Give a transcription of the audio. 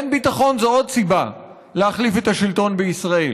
אין ביטחון זה עוד סיבה להחליף את השלטון בישראל.